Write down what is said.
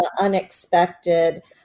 unexpected